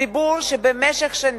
ציבור שבמשך שנים,